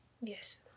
Yes